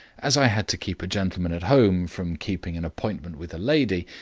as i had to keep a gentleman at home from keeping an appointment with a lady,